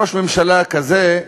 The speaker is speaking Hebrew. ראש ממשלה כזה,